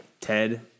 Ted